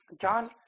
John